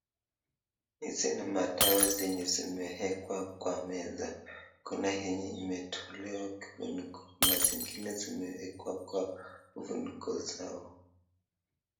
Hizi ni madawa zenye zimewekwa kwa meza. Kuna yenye imetolewa kifuniko, kuna zingine zimewekwa kwa kifuniko zao.